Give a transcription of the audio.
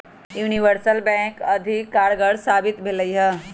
universal bank अधिक कारगर साबित भेलइ ह